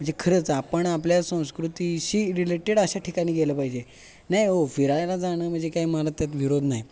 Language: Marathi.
म्हणजे खरंच आपण आपल्या संस्कृतीशी रिलेटेड अशा ठिकाणी गेलं पाहिजे नाही ओ फिरायला जाणं म्हणजे काही मला त्यात विरोध नाही